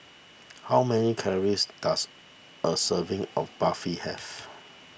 how many calories does a serving of Barfi have